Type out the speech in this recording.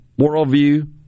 worldview